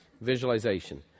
Visualization